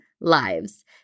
lives